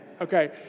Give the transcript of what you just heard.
Okay